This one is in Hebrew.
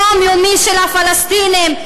היומיומי של הפלסטינים.